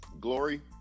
Glory